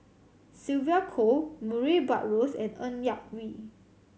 Sylvia Kho Murray Buttrose and Ng Yak Whee